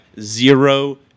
zero